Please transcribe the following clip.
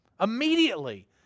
Immediately